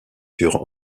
sur